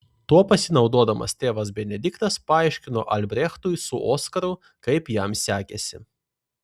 tuo pasinaudodamas tėvas benediktas paaiškino albrechtui su oskaru kaip jam sekėsi